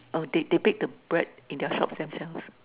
uh they they bake the bread in their shop themselves